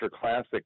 Classic